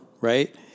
right